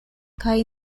kaj